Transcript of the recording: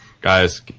Guys